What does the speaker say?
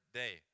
day